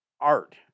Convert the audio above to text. art